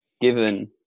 given